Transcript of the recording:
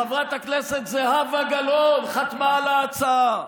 חברת הכנסת זהבה גלאון חתמה על ההצעה,